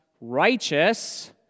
righteous